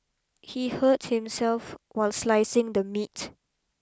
he hurt himself while slicing the meat